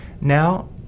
Now